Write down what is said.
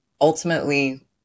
ultimately